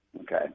Okay